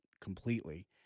completely